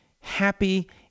happy